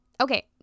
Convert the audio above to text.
okay